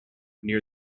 near